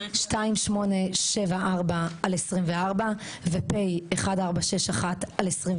פ/2874/24 ו-פ/1461/24.